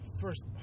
first